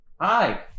Hi